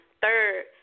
third